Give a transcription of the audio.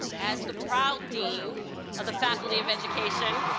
as the proud dean of the faculty of education,